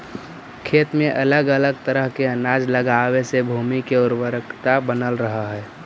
खेत में अलग अलग तरह के अनाज लगावे से भूमि के उर्वरकता बनल रहऽ हइ